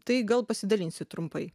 tai gal pasidalinsit trumpai